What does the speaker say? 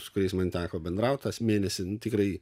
su kuriais man teko bendrauti tą mėnesį nu tikrai